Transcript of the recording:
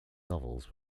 novels